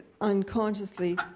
unconsciously